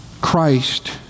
Christ